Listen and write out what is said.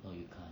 no you can't